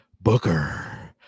Booker